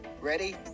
ready